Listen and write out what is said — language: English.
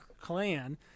clan